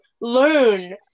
learn